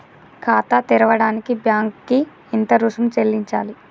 ఖాతా తెరవడానికి బ్యాంక్ కి ఎంత రుసుము చెల్లించాలి?